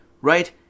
right